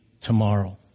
tomorrow